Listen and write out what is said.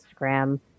Instagram